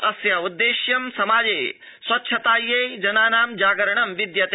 अस्योद्देश्यं समाजे स्वच्छतायै जनजागरणं विद्यते